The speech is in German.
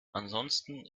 ansonsten